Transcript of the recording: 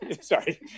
Sorry